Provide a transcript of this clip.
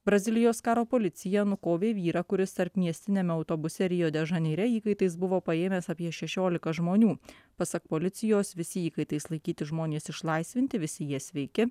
brazilijos karo policija nukovė vyrą kuris tarpmiestiniame autobuse rio de žaneire įkaitais buvo paėmęs apie šešiolika žmonių pasak policijos visi įkaitais laikyti žmonės išlaisvinti visi jie sveiki